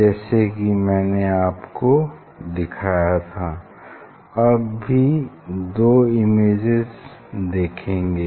जैसे कि मैंने आपको दिखाया था अब भी आप दो इमेजेज देखेंगे